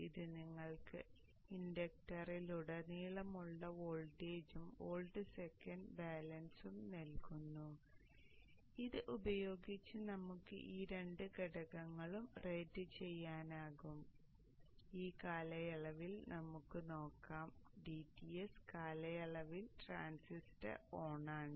ഇത് നിങ്ങൾക്ക് ഇൻഡക്ടറിലുടനീളമുള്ള വോൾട്ടേജും വോൾട്ട് സെക്കൻഡ് ബാലൻസും നൽകുന്നു ഇത് ഉപയോഗിച്ച് നമുക്ക് ഈ രണ്ട് ഘടകങ്ങളും റേറ്റുചെയ്യാനാകും ഇപ്പോൾ ഈ കാലയളവിൽ നമുക്ക് നോക്കാം dTs കാലയളവിൽ ട്രാൻസിസ്റ്റർ ഓണാണ്